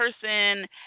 person